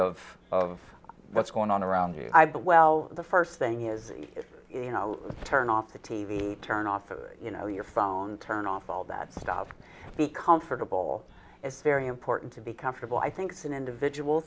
of of what's going on around you i but well the first thing is you know turn off the t v turn off you know your phone turn off all that stuff be comfortable is very important to be comfortable i think it's an individual